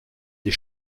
des